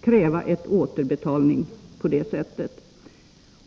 kräva ett återbetalande.